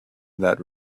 that